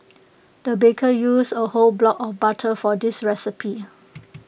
the baker used A whole block of butter for this recipe